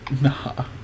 Nah